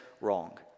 wrong